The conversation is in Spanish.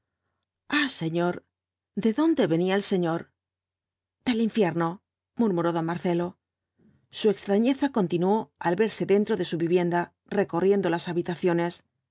ah señor de dónde venía el señor del infierno murmuró don marcelo su extrañeza continuó al verse dentro de su vivienda recorriendo las habitaciones